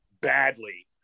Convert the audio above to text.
badly